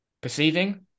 perceiving